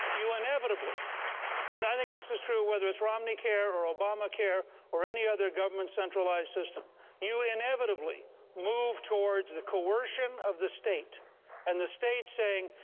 you inevitably and i think this is true whether it's romneycare or obamacare or any other government centralized system you inevitably move towards the coercion of the state and the state saying,